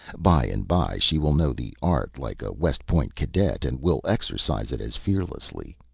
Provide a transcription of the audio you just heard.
by-and-by she will know the art like a west point cadet, and will exercise it as fearlessly.